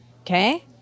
okay